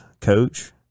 coach